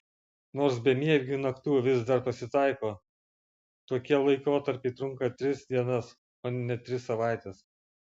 nors bemiegių naktų vis dar pasitaiko tokie laikotarpiai trunka tris dienas o ne tris savaites